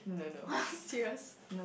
!wah! serious